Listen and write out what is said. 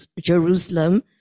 Jerusalem